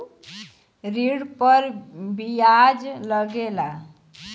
ऋण पर बियाज लगेला